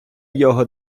його